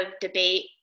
debate